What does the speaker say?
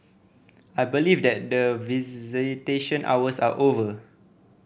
I believe that the visitation hours are over